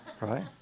Right